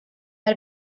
had